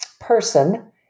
Person